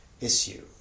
issue